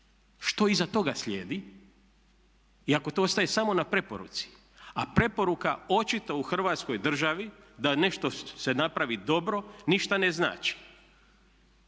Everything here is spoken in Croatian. što iza toga slijedi i ako to ostaje samo na preporuci a preporuka očito u Hrvatskoj državi da nešto se napravi dobro ništa ne znači.